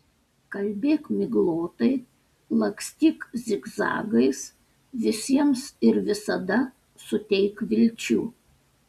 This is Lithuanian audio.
kalbėk miglotai lakstyk zigzagais visiems ir visada suteik vilčių